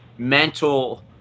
mental